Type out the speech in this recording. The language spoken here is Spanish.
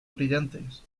brillantes